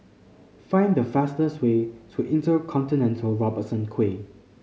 find the fastest way to InterContinental Robertson Quay